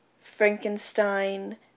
Frankenstein